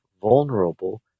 vulnerable